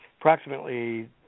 approximately